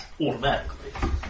Automatically